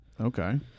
Okay